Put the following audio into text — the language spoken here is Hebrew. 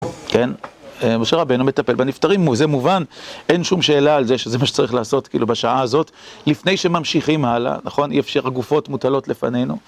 כן, משה רבנו מטפל בנפטרים, זה מובן, אין שום שאלה על זה, שזה מה שצריך לעשות בשעה הזאת, לפני שממשיכים הלאה, נכון? אי אפשר הגופות מוטלות לפנינו.